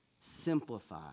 simplify